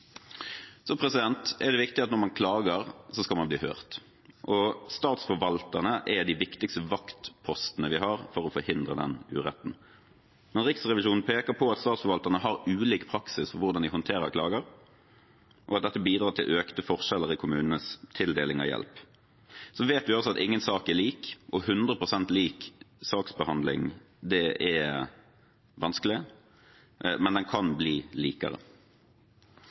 er det viktig at når man klager, skal man bli hørt, og statsforvalterne er de viktigste vaktpostene vi har for å forhindre urett. Men Riksrevisjonen peker på at statsforvalterne har ulik praksis for hvordan de håndterer klager, og at dette bidrar til økte forskjeller i kommunenes tildeling av hjelp. Vi vet også at ingen sak er lik, og 100 pst. lik saksbehandling er vanskelig, men den kan bli likere.